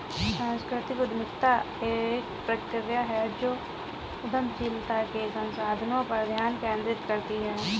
सांस्कृतिक उद्यमिता एक प्रक्रिया है जो उद्यमशीलता के संसाधनों पर ध्यान केंद्रित करती है